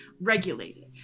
regulated